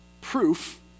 proof